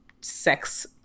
sex